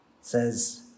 says